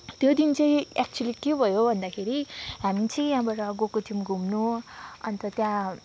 त्यो दिन चाहिँ एक्चुवली के भयो भन्दाखेरि हामी चाहिँ यहाँबाट गएको थियौँ घुम्न अन्त त्यहाँ